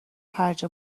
هرجا